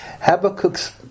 Habakkuk's